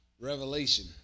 revelation